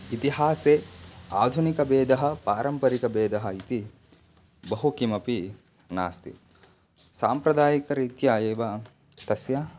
इतिहासे आधुनिकः भेदः पारम्परिकभेदः इति बहु किमपि नास्ति साम्प्रदायिकरीत्या एव तस्य